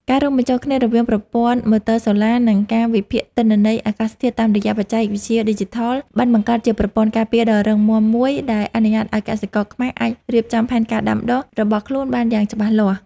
ការរួមបញ្ចូលគ្នារវាងប្រព័ន្ធម៉ូទ័រសូឡា និងការវិភាគទិន្នន័យអាកាសធាតុតាមរយៈបច្ចេកវិទ្យាឌីជីថល បានបង្កើតជាប្រព័ន្ធការពារដ៏រឹងមាំមួយដែលអនុញ្ញាតឱ្យកសិករខ្មែរអាចរៀបចំផែនការដាំដុះរបស់ខ្លួនបានយ៉ាងច្បាស់លាស់។